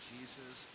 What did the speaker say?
Jesus